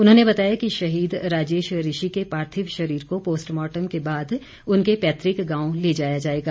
उन्होंने बताया कि शहीद राजेश ऋषि के पार्थिव शरीर को पोस्टमार्टम के बाद उनके पैतृक गांव ले जाया जाएगा